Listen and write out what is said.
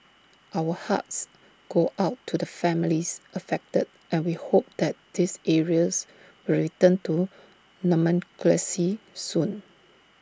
our hearts go out to the families affected and we hope that these areas will return to normalcy soon